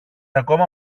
ακόμα